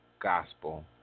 gospel